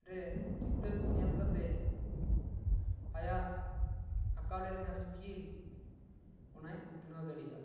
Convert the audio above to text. ᱨᱮ ᱪᱤᱛᱟᱨ ᱠᱚ ᱧᱮᱞ ᱠᱟᱛᱮᱫ ᱟᱭᱟᱜ ᱟᱸᱠᱟᱣ ᱨᱮᱭᱟᱜ ᱡᱟᱦᱟᱸ ᱥᱠᱤᱞ ᱚᱱᱟᱭ ᱩᱛᱱᱟᱹᱣ ᱫᱟᱲᱮᱭᱟᱜᱼᱟ